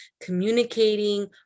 communicating